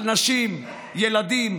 על נשים, ילדים.